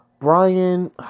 Brian